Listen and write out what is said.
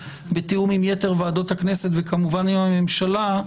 בתיאום עם יתר ועדות הכנסת וכמובן עם הממשלה,